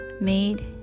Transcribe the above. made